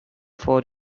for